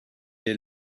est